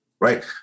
right